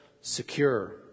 secure